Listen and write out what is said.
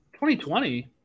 2020 –